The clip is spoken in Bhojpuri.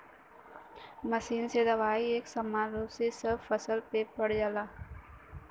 मशीन से दवाई एक समान रूप में सब फसल पे पड़ जाला